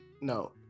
No